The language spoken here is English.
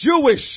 Jewish